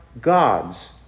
gods